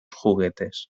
juguetes